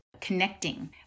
connecting